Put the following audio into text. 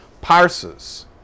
Parses